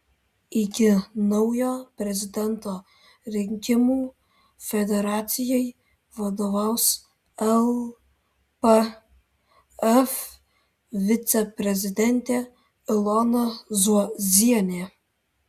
iki naujo prezidento rinkimų federacijai vadovaus lpf viceprezidentė ilona zuozienė